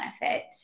benefit